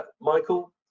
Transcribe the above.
Michael